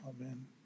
Amen